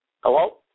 Hello